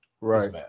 Right